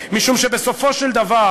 משום שבסופו של דבר